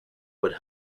would